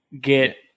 get